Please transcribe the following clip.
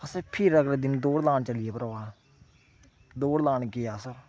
असें फिर अगलै देन दौड़ लान चली गे भ्रावा दौड़ लान गे अस